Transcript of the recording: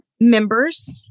members